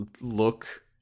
look